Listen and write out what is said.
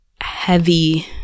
heavy